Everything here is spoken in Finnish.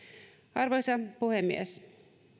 arvoisa puhemies